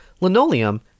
Linoleum